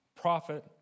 prophet